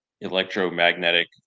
electromagnetic